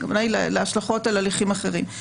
הכוונה היא להשלכות על הליכים אחרים.